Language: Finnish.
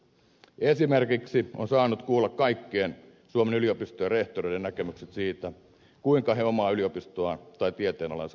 esimerkiksi on saanut kuulla kaikkien suomen yliopistojen rehtoreiden näkemykset siitä kuinka he omaa yliopistoaan tai tieteenalaansa kehittäisivät